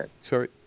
Sorry